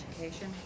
Education